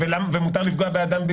ומותר לפגוע באדם,